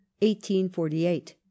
1848